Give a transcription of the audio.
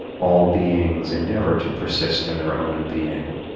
all beings endeavor to persist in their own being.